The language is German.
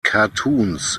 cartoons